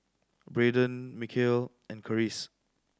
Brayden Mikeal and Karis